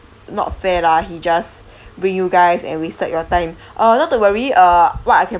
not fair lah he just bring you guys and wasted your time uh not to worry uh what I can